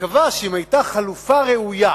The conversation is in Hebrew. וקבע שאם היתה חלופה ראויה